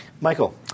Michael